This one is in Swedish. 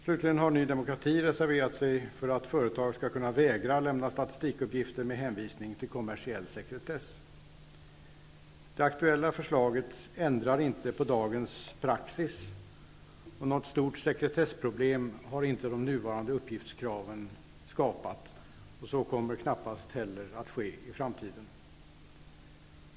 Slutligen har Ny demokrati reserverat sig för att företag skall kunna vägra att lämna statistikuppgifter med hänvisning till kommersiell sekretess. Det aktuella förslaget ändrar inte dagens praxis, och något stort sekretessproblem har inte de nuvarande uppgiftskraven skapat. Så kommer knappast heller att ske i framtiden.